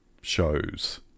Shows